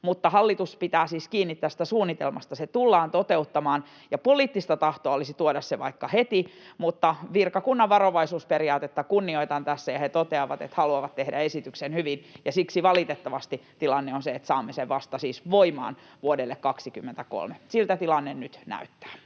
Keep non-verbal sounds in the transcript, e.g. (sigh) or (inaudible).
Mutta hallitus pitää siis kiinni tästä suunnitelmasta: se tullaan toteuttamaan, ja poliittista tahtoa olisi tuoda se vaikka heti, mutta virkakunnan varovaisuusperiaatetta kunnioitan tässä, ja he toteavat, että haluavat tehdä esityksen hyvin, ja siksi (noise) valitettavasti tilanne on se, että saamme sen vasta siis voimaan vuodelle 23. Siltä tilanne nyt näyttää.